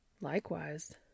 Likewise